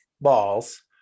Balls